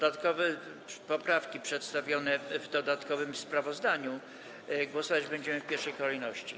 Nad poprawkami przedstawionymi w dodatkowym sprawozdaniu głosować będziemy w pierwszej kolejności.